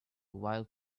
wild